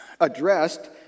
addressed